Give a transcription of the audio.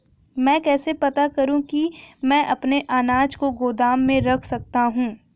मैं कैसे पता करूँ कि मैं अपने अनाज को गोदाम में रख सकता हूँ?